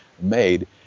made